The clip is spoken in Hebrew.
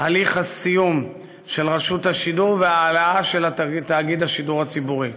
הליך הסיום של רשות השידור והעלאת תאגיד השידור הציבורי.